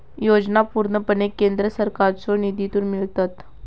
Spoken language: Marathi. योजना पूर्णपणे केंद्र सरकारच्यो निधीतून मिळतत